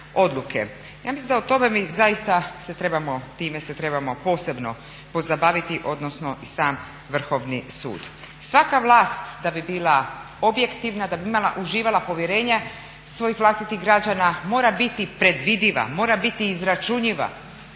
Ja mislim da o tome mi zaista se trebamo, time se trebamo posebno pozabaviti odnosno i sam Vrhovni sud. Svaka vlast da bi bila objektivna, da bi uživala povjerenje svojih vlastitih građana mora biti predvidiva, mora biti izračunjiva.